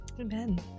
Amen